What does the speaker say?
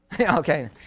Okay